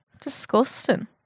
Disgusting